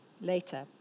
later